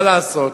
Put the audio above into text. מה לעשות,